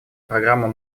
программам